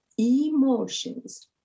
emotions